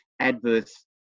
adverse